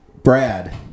Brad